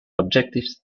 objectives